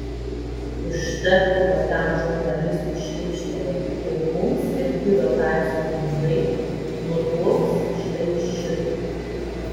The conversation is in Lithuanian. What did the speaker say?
užtektų kokiam žurnalistui šnipštelėti ir mums skirti dotacijų pinigai nuplauks štai šitaip